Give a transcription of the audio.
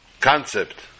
concept